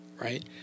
right